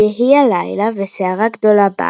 ויהי הלילה וסערה גדולה באה,